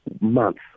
months